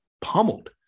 pummeled